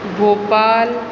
Bhopal